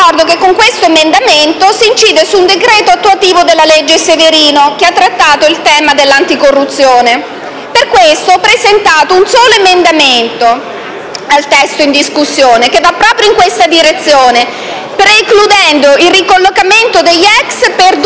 Ricordo che con questo emendamento si incide su un decreto attuativo della legge Severino, che ha trattato il tema dell'anticorruzione. Per questo ho presentato un solo emendamento al testo in discussione, che va proprio in questa direzione, precludendo il ricollocamento degli "ex" per due